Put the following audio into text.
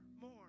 more